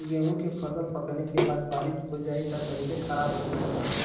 गेहूँ के फसल पकने के बाद बारिश हो जाई त कइसे खराब करी फसल के?